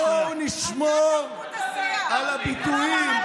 בואו נשמור על הדמוקרטיה.